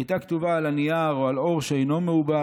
הייתה כתובה על הנייר, או על עור שאינו מעובד,